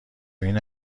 این